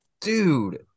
Dude